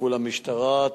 טיפול המשטרה,